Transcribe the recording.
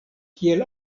kiel